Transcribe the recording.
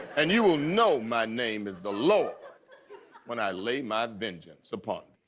and you will know my name is the lord when i lay my vengeance upon